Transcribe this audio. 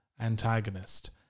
antagonist